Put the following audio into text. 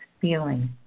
feeling